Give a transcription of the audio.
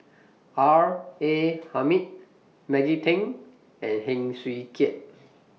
R A Hamid Maggie Teng and Heng Swee Keat